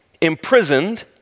imprisoned